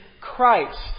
Christ